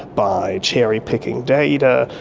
by cherry-picking data.